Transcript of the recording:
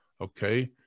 okay